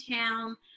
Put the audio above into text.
town